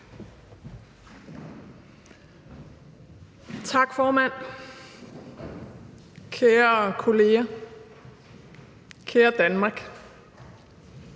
Tak, formand. Kære kolleger, kære Danmark,